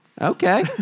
Okay